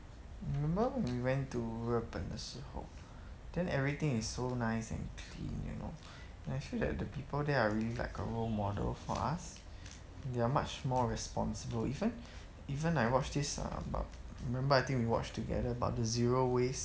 remember when we went to 日本的时候 then everything is so nice and clean you know and actually like the people there are really like a role model for us they are much more responsible even even I watch this about remember I think we watch together about the zero waste